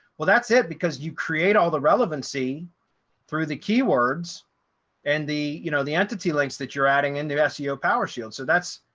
well, that's it because you create all the relevancy through the keywords and the you know, the entity links that you're adding and into seo power shield. so that's,